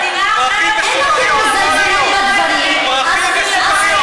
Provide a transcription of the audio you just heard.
אבל כאשר יש מדיניות, פרחים וסוכריות.